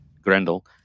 Grendel